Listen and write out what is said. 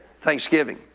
Thanksgiving